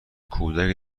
کودکی